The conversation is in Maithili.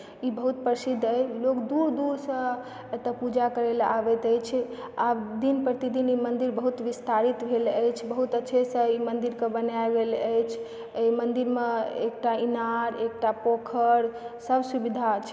ई बहुत प्रसिद्ध अछि लोग दूर दूर सऽ एतय पूजा करै लए आबैत अछि आ दिन प्रतिदिन एहि मन्दिर बहुत विस्तारित भेल अछि बहुत अच्छे सऽ ई मन्दिर के बनायल गेल अछि एहि मन्दिरमे एकटा इनार एकटा पोखरि सब सुविधा छै